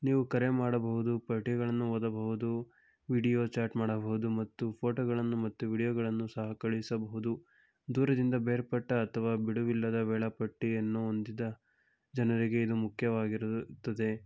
ನೀವು ಕರೆ ಮಾಡಬಹುದು ಪಠ್ಯಗಳನ್ನು ಓದಬಹುದು ವೀಡಿಯೋ ಚಾಟ್ ಮಾಡಬಹುದು ಮತ್ತು ಫೋಟೋಗಳನ್ನು ಮತ್ತು ವೀಡಿಯೋಗಳನ್ನು ಸಹ ಕಳುಹಿಸಬಹುದು ದೂರದಿಂದ ಬೇರ್ಪಟ್ಟ ಅಥವಾ ಬಿಡುವಿಲ್ಲದ ವೇಳಾಪಟ್ಟಿಯನ್ನು ಹೊಂದಿದ ಜನರಿಗೆ ಇದು ಮುಖ್ಯವಾಗಿರುತ್ತದೆ